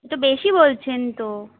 এ তো বেশি বলছেন তো